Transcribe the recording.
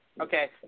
okay